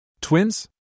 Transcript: Twins